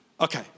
okay